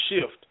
shift